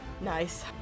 Nice